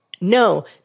no